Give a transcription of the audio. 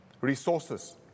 resources